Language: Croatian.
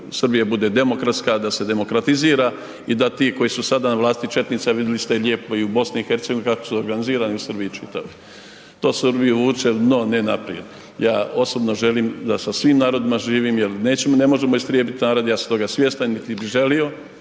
Srbija bude demokratska, da se demokratizira i da ti koji su sada na vlasti, četnici, a vidjeli ste lijepo i u BiH kako su organizirani i u Srbiji čitavoj. To Srbiju vuče na dno, ne naprijed. Ja osobno želim da sa svim narodima živim, jel ne možemo istrijebit narod, ja sam toga svjestan, niti bi